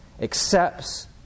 ...accepts